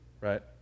right